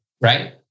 right